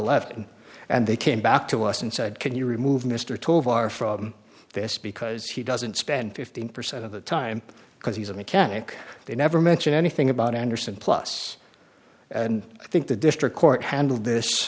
left and they came back to us and said can you remove mr tovar from this because he doesn't spend fifteen percent of the time because he's a mechanic they never mention anything about anderson plus and i think the district court handled this